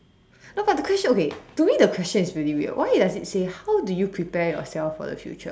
no but the question okay to me the question is really weird why does it say to say how do you prepare yourself for the future